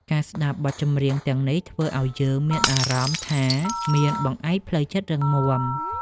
ការស្ដាប់បទចម្រៀងទាំងនេះ ធ្វើឱ្យយើងមានអារម្មណ៍ថាមានបង្អែកផ្លូវចិត្តរឹងមាំ។